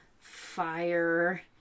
Fire